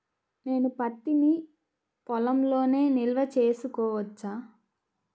నేను పత్తి నీ పొలంలోనే నిల్వ చేసుకోవచ్చా?